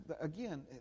again